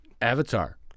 Avatar